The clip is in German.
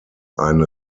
ein